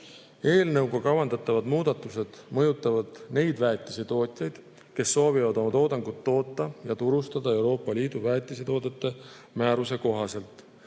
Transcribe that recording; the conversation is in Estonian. Eelnõuga kavandatavad muudatused mõjutavad neid väetisetootjaid, kes soovivad oma toodangut toota ja turustada Euroopa Liidu väetisetoodete määruse kohaselt.